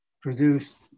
produced